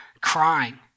crying